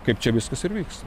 kaip čia viskas ir vyks